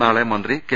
നാളെ മന്ത്രി കെ